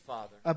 Father